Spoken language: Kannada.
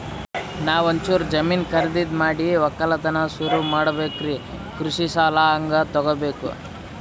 ನಾ ಒಂಚೂರು ಜಮೀನ ಖರೀದಿದ ಮಾಡಿ ಒಕ್ಕಲತನ ಸುರು ಮಾಡ ಬೇಕ್ರಿ, ಕೃಷಿ ಸಾಲ ಹಂಗ ತೊಗೊಬೇಕು?